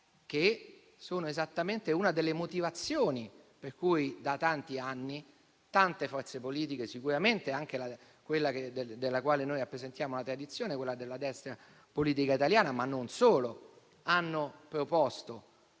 che sono esattamente una delle motivazioni per cui da tanti anni tante forze politiche, sicuramente anche quella della quale rappresentiamo una tradizione, quella della destra politica italiana, ma non solo, hanno proposto